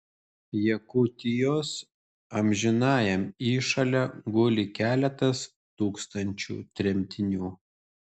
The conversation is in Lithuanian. jakutijos amžinajam įšale guli keletas tūkstančių tremtinių